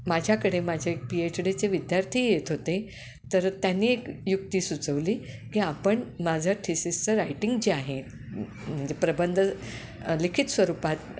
माझ्याकडे माझे P H D चे विद्यार्थी येत होते तर त्यांनी एक युक्ती सुचवली की आपण माझं थिसिसचं रायटिंग जे आहे म्हणजे प्रबंध लिखित स्वरूपात